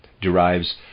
derives